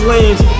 Lanes